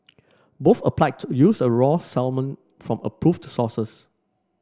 both applied to use a raw salmon from approved sources